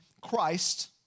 Christ